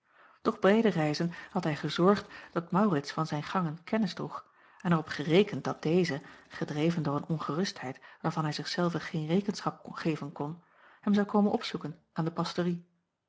doch beide reizen had hij gezorgd dat aurits van zijn gangen kennis droeg en er op gerekend dat deze gedreven door een ongerustheid waarvan hij zich zelven geen rekenschap geven kon hem zou komen opzoeken aan de pastorie